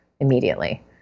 immediately